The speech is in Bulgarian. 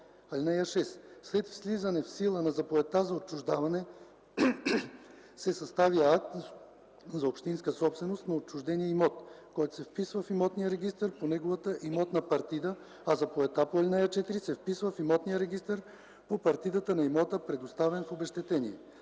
имот. (6) След влизане в сила на заповедта за отчуждаване се съставя акт за общинска собственост на отчуждения имот, който се вписва в имотния регистър по неговата имотна партида, а заповедта по ал. 4 се вписва в имотния регистър по партидата на имота, предоставен в обезщетение.